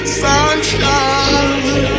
sunshine